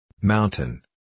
Mountain